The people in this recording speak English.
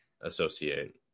associate